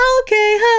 Okay